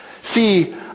see